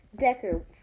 Decker